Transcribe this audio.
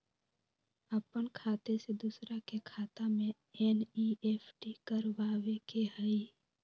अपन खाते से दूसरा के खाता में एन.ई.एफ.टी करवावे के हई?